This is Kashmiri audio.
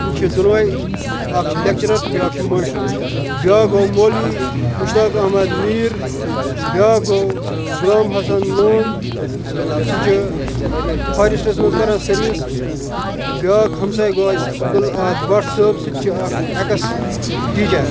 یِم چھِ دۄنوَے اَکھ چھُ لٮ۪کچِرَر تہٕ بیٛاکھ چھُ ماشٹَر بیٛاکھ گوٚو مولوی مُشتاق احمد میٖر بیٛاکھ گوٚو غلام حسن لون سُہ چھُ فارٮ۪سٹَس منٛز کَران سٔروِس بیٛاکھ ہَمساے گوٚو اَسہِ عبدُل احد بَٹ صٲب سُہ تہِ چھُ اَکھ اٮ۪کٕس ٹیٖچَر